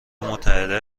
متحده